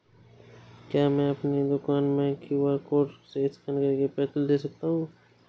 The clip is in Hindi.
क्या मैं अपनी दुकान में क्यू.आर कोड से स्कैन करके पैसे ले सकता हूँ?